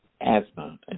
asthma